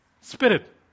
spirit